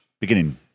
Beginning